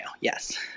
Yes